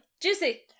juicy